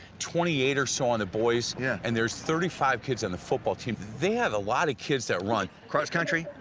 twenty eight or so on the boys. yeah. and there's thirty five kids on the football team. they have a lot of kids that run. cross country.